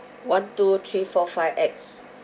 one two three four five X